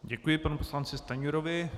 Děkuji panu poslanci Stanjurovi.